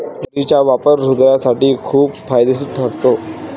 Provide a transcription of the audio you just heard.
ज्वारीचा वापर हृदयासाठी खूप फायदेशीर ठरतो